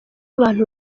abantu